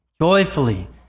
joyfully